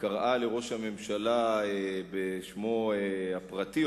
קראה לראש הממשלה בשמו הפרטי,